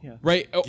Right